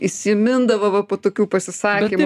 išsyk įsimindavo va po tokių pasisakymų